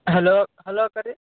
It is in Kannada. ಹಲೋ ಹಲೋ ಅಕ್ಕಾ ರೀ